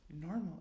normal